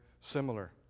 similar